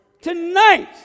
tonight